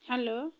hello